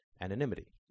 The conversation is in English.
anonymity